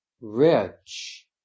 rich